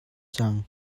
cang